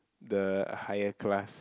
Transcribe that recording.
the higher class